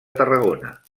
tarragona